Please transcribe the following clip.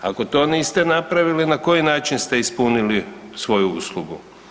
Ako to niste napravili na koji način ste ispunili svoju uslugu?